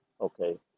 okay